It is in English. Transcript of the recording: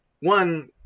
One